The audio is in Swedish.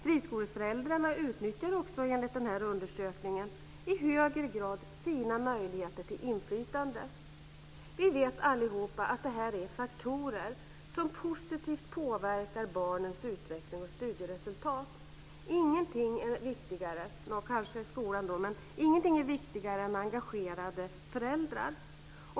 Friskoleföräldrarna utnyttjar också enligt den här undersökningen i högre grad sina möjligheter till inflytande. Vi vet allihop att det här är faktorer som positivt påverkar barnens utveckling och studieresultat. Kanske bortsett från skolan är ingenting viktigare än engagerade föräldrar.